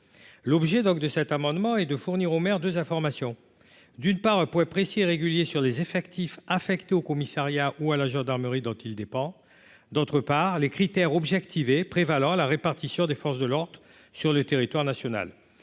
l'objet donc de cet amendement est de fournir aux maires 2 informations : d'une part, pourrait précis et régulier sur les effectifs affectés au commissariat ou à la gendarmerie dont il dépend, d'autre part, les critères objectiver prévaloir la répartition des forces de l'ordre sur le territoire national,